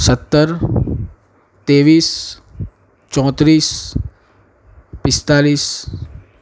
સત્તર ત્રેવીસ ચોત્રીસ પિસ્તાલીસ